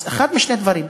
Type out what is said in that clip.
אז אחד משני דברים: